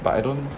but I don't